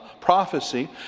prophecy